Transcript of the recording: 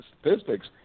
statistics